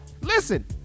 Listen